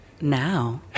Now